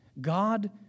God